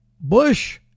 Bush